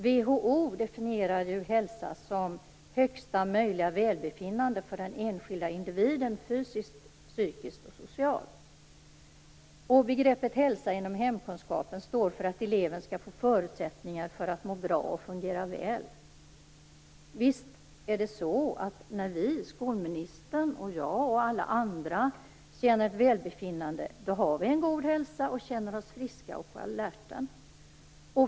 WHO definierar hälsa som högsta möjliga välbefinnande för den enskilda individen fysiskt, psykiskt och socialt. Och begreppet hälsa inom hemkunskapen står för att eleven skall få förutsättningar för att må bra och fungera väl. Visst är det så att när vi, skolministern, jag och alla andra, känner välbefinnande har vi en god hälsa och känner oss friska och på alerten.